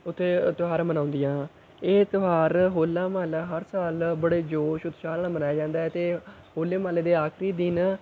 ਉੱਥੇ ਤਿਉਹਾਰ ਮਨਾਉਂਦੀਆਂ ਇਹ ਤਿਉਹਾਰ ਹੋਲਾ ਮਹੱਲਾ ਹਰ ਸਾਲ ਬੜੇ ਜੋਸ਼ ਉਤਸ਼ਾਹ ਨਾਲ ਮਨਾਇਆ ਜਾਂਦਾ ਹੈ ਅਤੇ ਹੋਲੇ ਮਹੱਲੇ ਦੇ ਆਖਰੀ ਦਿਨ